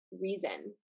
reason